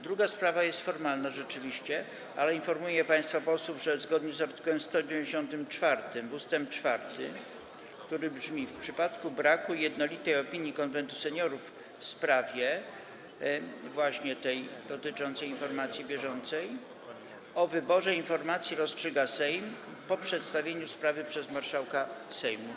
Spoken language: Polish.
Druga sprawa jest rzeczywiście o charakterze formalnym, ale informuję państwa posłów, że zgodnie z art. 194 ust. 4, który brzmi: W przypadku braku jednolitej opinii Konwentu Seniorów w sprawie - właśnie tej dotyczącej informacji bieżącej - o wyborze informacji rozstrzyga Sejm po przedstawieniu sprawy przez marszałka Sejmu.